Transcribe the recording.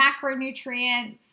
macronutrients